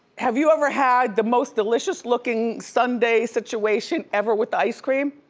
have you ever had the most delicious-looking sundae situation ever with ice cream?